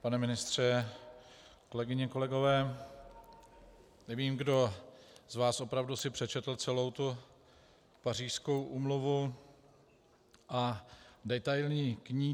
Pane ministře, kolegyně, kolegové, nevím, kdo z vás opravdu si přečetl celou Pařížskou úmluvu a detailní k ní.